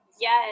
yes